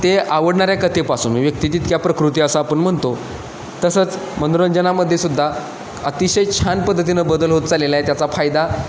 ते आवडणाऱ्या कथेपासून मी व्यक्ती तितकी प्रकृती असं आपण म्हणतो तसंच मनोरंजनामध्ये सुद्धा अतिशय छान पद्धतीनं बदल होत चाललेला आहे त्याचा फायदा